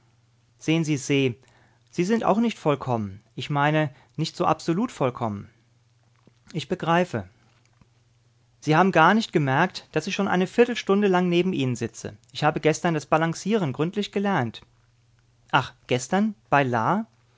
sehen sie se sie sind auch nicht vollkommen ich meine nicht so absolut vollkommen ich begreife sie haben gar nicht gemerkt daß ich schon eine viertelstunde lang neben ihnen sitze ich habe gestern das balancieren gründlich gelernt ach gestern bei